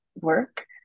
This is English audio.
work